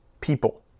people